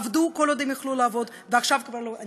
עבדו כל עוד הם יכלו לעבוד ועכשיו כבר לא